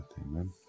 Amen